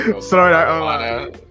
Sorry